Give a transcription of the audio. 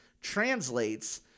translates